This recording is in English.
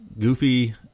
goofy